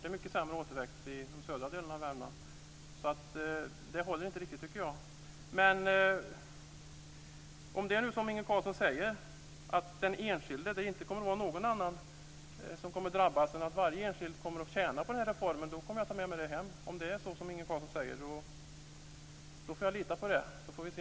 Det är mycket sämre återväxt i de södra delarna av Värmland. Så det håller inte riktigt, tycker jag. Om det nu är så som Inge Carlsson säger, att det inte är någon som kommer att drabbas utan att varje enskild kommer att tjäna på den här reformen, då tar jag med mig det hem - om det är så som Inge Carlsson säger, alltså. Jag får lita på det, så får vi se.